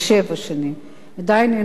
דהיינו אין הסכמה על העניין הזה.